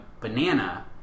banana